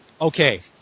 Okay